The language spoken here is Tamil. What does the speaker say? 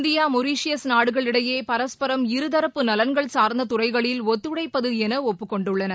இந்தியா மொரிஷியஸ் நாடுகளிடையே பரஸ்பரம் இருதரப்பு நலன்கள் சார்ந்த துறைகளில் ஒத்துழைப்பது என ஒப்புக் கொண்டுள்ளன